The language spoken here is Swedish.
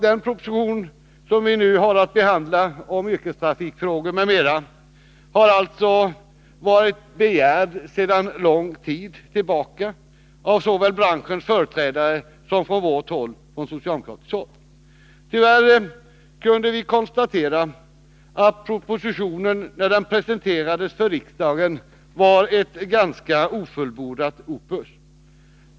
Den proposition om yrkestrafikfrågor som vi nu har att behandla har alltså varit begärd sedan lång tid tillbaka såväl av branschens företrädare som från vårt håll. Tyvärr kunde vi konstatera att propositionen, när den presenterades för riksdagen, var ett ganska ofullbordat opus.